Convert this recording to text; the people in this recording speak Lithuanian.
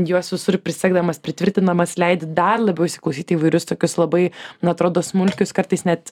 juos visur prisegdamas pritvirtinamas leidi dar labiau įsiklausyti į įvairius tokius labai na atrodo smulkius kartais net